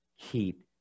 keep